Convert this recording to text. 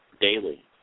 daily